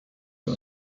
wir